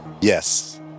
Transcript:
Yes